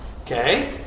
Okay